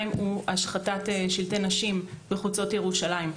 הוא השחתת שלטי נשים בחוצות ירושלים.